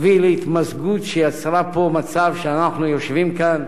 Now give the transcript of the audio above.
הביא להתמזגות, שיצרה פה מצב שאנחנו יושבים כאן,